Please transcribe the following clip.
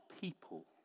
people